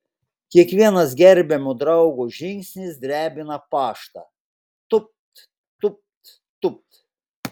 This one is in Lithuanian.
kiekvienas gerbiamo draugo žingsnis drebina paštą tūpt tūpt tūpt